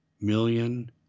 million